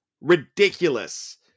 Ridiculous